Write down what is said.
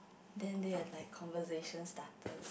then they have like conversation starters